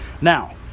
Now